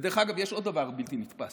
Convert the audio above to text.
ודרך אגב, יש עוד דבר בלתי נתפס.